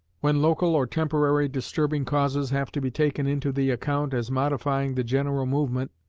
when local or temporary disturbing causes have to be taken into the account as modifying the general movement,